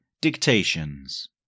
Dictations